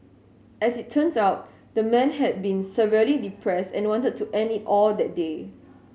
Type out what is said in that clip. as it turns out the man had been severely depressed and wanted to end it all that day